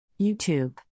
YouTube